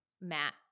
Matt